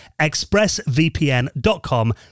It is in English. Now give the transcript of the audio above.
expressvpn.com